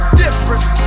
difference